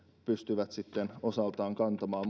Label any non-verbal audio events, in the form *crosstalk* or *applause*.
pystyvät osaltaan kantamaan *unintelligible*